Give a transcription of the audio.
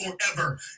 forever